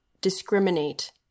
discriminate